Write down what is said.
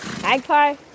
Magpie